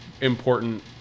important